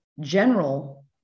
general